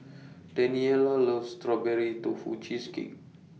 Daniella loves Strawberry Tofu Cheesecake